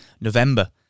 November